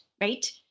right